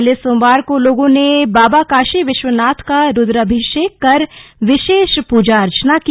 पहले सोमवार को लोगों ने बाबा काशी विश्वनाथ का रूद्राभिषेक कर विशेष पूजा अर्चना की